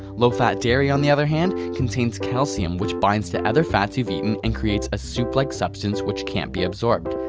low fat dairy on the other hand contains calcium which binds to other fats you've eaten and creates a soup like substance which can't be absorbed.